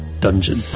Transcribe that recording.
Dungeon